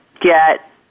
get